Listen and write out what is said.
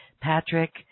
Patrick